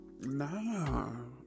No